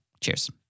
Cheers